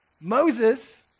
Moses